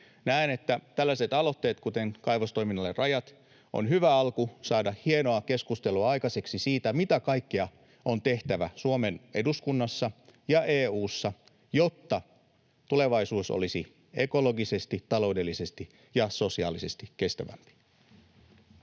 Näen, että tällaiset aloitteet, kuten Kaivostoiminnalle rajat, ovat hyvä alku saada hienoa keskustelua aikaiseksi siitä, mitä kaikkea on tehtävä Suomen eduskunnassa ja EU:ssa, jotta tulevaisuus olisi ekologisesti, taloudellisesti ja sosiaalisesti kestävämpi.